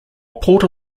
porter